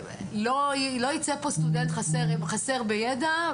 לא יצא מכאן סטודנט חסר בידע,